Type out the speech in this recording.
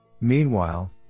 Meanwhile